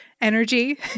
energy